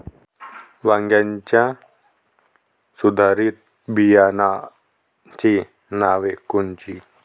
वांग्याच्या सुधारित बियाणांची नावे कोनची?